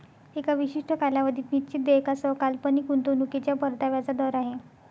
एका विशिष्ट कालावधीत निश्चित देयकासह काल्पनिक गुंतवणूकीच्या परताव्याचा दर आहे